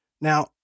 Now